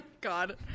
God